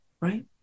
right